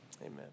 amen